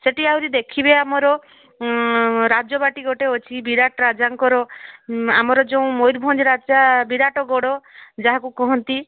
ସେଇଠି ଆହୁରି ଦେଖିବେ ଆମର ରାଜବାଟି ଗୋଟେ ଅଛି ବିରାଟ ରାଜାଙ୍କର ଆମର ଯେଉଁ ମୟୁରଭଞ୍ଜ ରାଜା ବିରାଟ ଗଡ଼ ଯାହାକୁ କୁହନ୍ତି